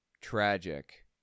tragic